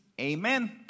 Amen